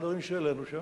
אחד הדברים שהעלינו שם,